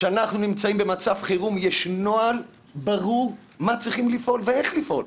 כשאנחנו נמצאים במצב חירום יש נוהל ברור מה צריכים לעשות ואיך לפעול.